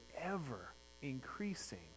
ever-increasing